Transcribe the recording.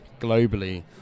globally